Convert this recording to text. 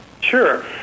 Sure